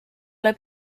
ole